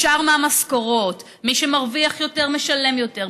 ישר מהמשכורות: מי שמרוויח יותר משלם יותר,